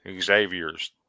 Xavier's